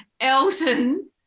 Elton